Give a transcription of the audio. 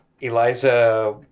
Eliza